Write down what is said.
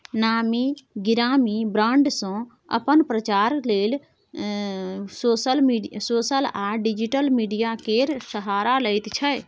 नामी गिरामी ब्राँड सब अपन प्रचार लेल सोशल आ डिजिटल मीडिया केर सहारा लैत छै